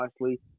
nicely